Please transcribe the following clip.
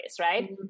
right